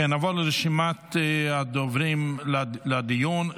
נעבור לרשימת הדוברים בדיון.